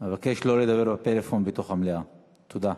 אבקש שלא לדבר בפלאפון בתוך המליאה, תודה.